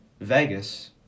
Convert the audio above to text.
Vegas